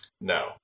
No